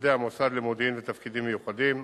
עובדי המוסד למודיעין ותפקידים מיוחדים,